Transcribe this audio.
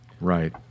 Right